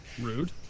rude